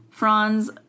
Franz